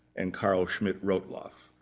and karl schmidt-rottluff.